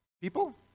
people